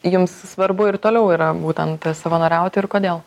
jums svarbu ir toliau yra būtent savanoriauti ir kodėl